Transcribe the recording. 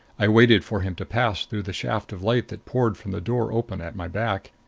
i waited for him to pass through the shaft of light that poured from the door open at my back.